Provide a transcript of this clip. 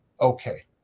okay